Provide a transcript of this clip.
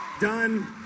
Done